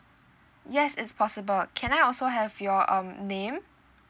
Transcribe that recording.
yes it's possible can I also have your um name